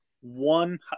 one